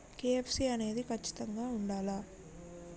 KYC అనేది ఖచ్చితంగా ఉండాలా?